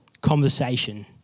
conversation